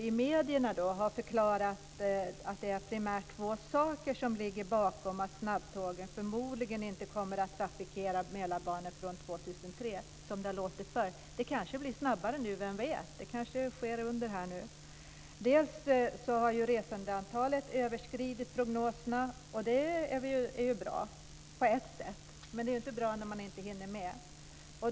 I medierna har man förklarat att det är primärt två saker som ligger bakom att snabbtågen förmodligen inte kommer att trafikera Mälarbanan förrän 2003. Det kanske blir snabbare nu. Vem vet? Det kanske sker under. Dels har resandeantalet överskridit prognoserna. Det är bra på ett sätt, men det är inte bra när man inte hinner med.